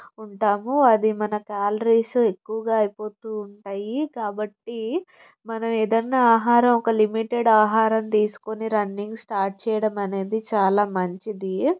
ఉంటాము అది మనకి క్యాలరీసు ఎక్కువగా అయిపోతు ఉంటాయి కాబట్టి మనం ఏదైనా ఆహారం ఒక లిమిటెడ్ ఆహారం తీసుకుని రన్నింగ్ స్టార్ట్ చేయడం అనేది చాలా మంచిది